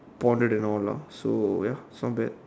bonded and all lah so ya it's not bad